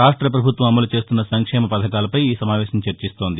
రాష్ట ప్రభుత్వం అమలు చేస్తున్న సంక్షేమ పథకాలపై ఈ సమావేశం చర్చిస్తోంది